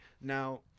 Now